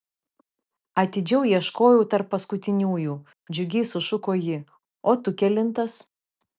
atidžiau ieškojau tarp paskutiniųjų džiugiai sušuko ji o tu kelintas